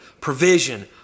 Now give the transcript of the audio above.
provision